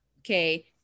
Okay